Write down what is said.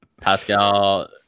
pascal